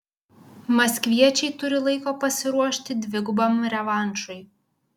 maskviečiai turi laiko pasiruošti dvigubam revanšui